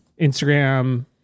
Instagram